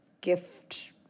gift